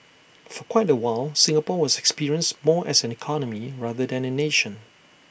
for quite A while Singapore was experienced more as an economy rather than A nation